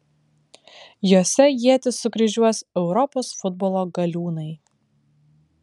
jose ietis sukryžiuos europos futbolo galiūnai